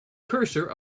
cursor